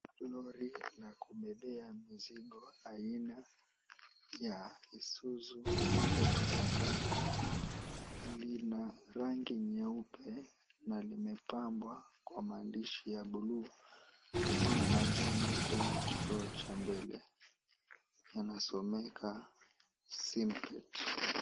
Lorry hii ya kubebea mizigo ya aina ISUZU FRR linarangi nyeupe na limepambwa kwa maandishi ya buluu na manjano kwenye kioo cha mbele inasomeka Simpet .